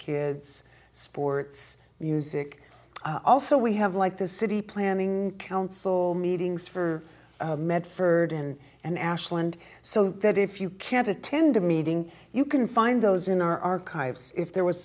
kids sports music also we have like this city planning council meetings for medford in an ashland so that if you can't attend a meeting you can find those in our archives if there was